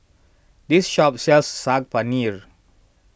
this shop sells Saag Paneer